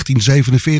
1947